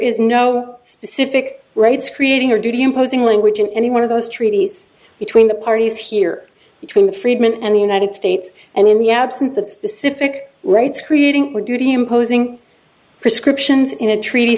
is no specific rights creating a duty imposing language in any one of those treaties between the parties here between the freedmen and the united states and in the absence of specific rights creating would you be imposing prescriptions in a treaty